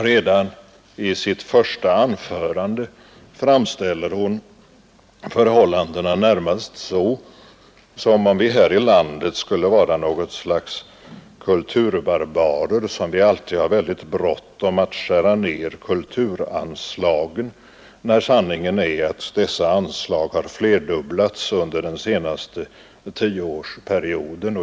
Redan i sitt första anförande framställer hon förhållandena närmast så, som om vi här i landet skulle vara något slags kulturbarbarer, som alltid har väldigt bråttom att skära ned kulturanslagen, när sanningen är att dessa anslag har flerdubblats under den senaste tioårsperioden.